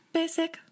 Basic